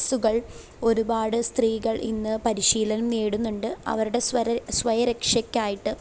സുകൾ ഒരുപാട് സ്ത്രീകൾ ഇന്ന് പരിശീലനം നേടുന്നുണ്ട് അവരുടെ സ്വയരക്ഷക്കായിട്ട്